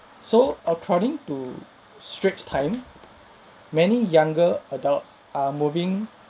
so according to straits time many younger adults are moving